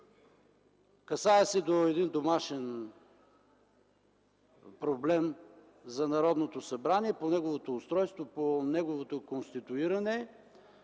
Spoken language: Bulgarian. Касае се до един домашен проблем на Народното събрание, по неговото устройство, по неговото конституиране